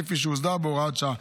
כפי שהוסדר בהוראת השעה,